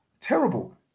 Terrible